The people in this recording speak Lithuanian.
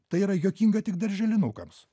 tai yra juokinga tik darželinukams